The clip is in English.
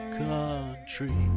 country